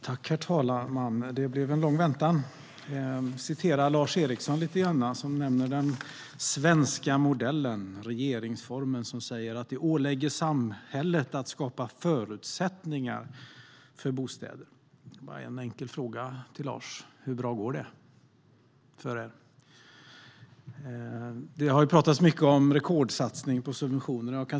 Herr talman! Det blev en lång väntan på mitt anförande. Jag kan citera Lars Eriksson lite grann. Han nämner den svenska modellen och regeringsformen och säger att det "åligger samhället" att skapa förutsättningar för bostäder. Jag har en enkel fråga till Lars: Hur bra går det för er? Det har pratats mycket om rekordsatsning på subventioner.